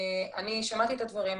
אני שמעתי את הדברים,